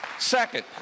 Second